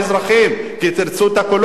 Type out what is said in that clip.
כי תרצו את הקולות שלהם,